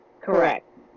correct